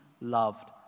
loved